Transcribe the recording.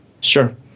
Sure